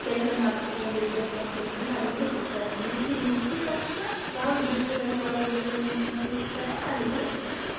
ಕೆಲಸ ಮಾಡಿಕೊಂಡು ಇರಬೇಕು ಅಂತ ಹೇಳಿಕೊಂಡು ಅಲ್ಲಿಗೇ ಹೋಗ್ತಾರೆ ಪಿ ಯು ಸಿ ಮುಗಿದ ತಕ್ಷಣ ಯಾವುದು ಬೆಂಗಳೂರಲ್ಲಿ ಕಾಲೇಜ್ ಒಳ್ಳೆಯದುಂಟು ಅಂತ ಹುಡ್ಕ್ತಾರೆ ಅಲ್ಲಿಗೇ ಹೋಗ್ತಾರೆ